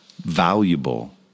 valuable